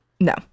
no